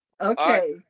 Okay